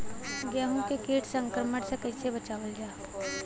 गेहूँ के कीट संक्रमण से कइसे बचावल जा?